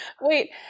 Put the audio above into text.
Wait